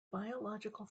biological